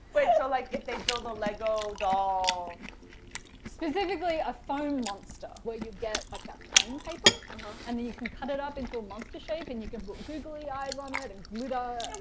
wait, so like if they build a lego doll specifically a foam monster, where you get like that foam paper and then you can cut it up into a monster shape and you can put googly eyes on it and glitter